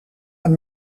aan